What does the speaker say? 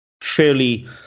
fairly